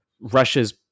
Russia's